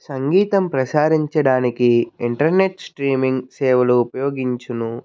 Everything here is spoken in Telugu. సంగీతం ప్రసారించడానికి ఇంటర్నెట్ స్ట్రీమింగ్ సేవలు ఉపయోగించును